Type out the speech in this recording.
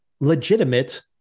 legitimate